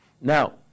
Now